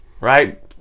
Right